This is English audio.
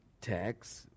text